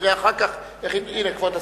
נראה אחר כך איך, הנה, כבוד השר.